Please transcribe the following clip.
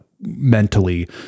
mentally